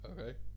okay